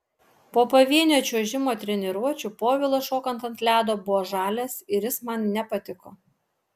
po pavienio čiuožimo treniruočių povilas šokant ant ledo buvo žalias ir jis man nepatiko